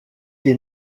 des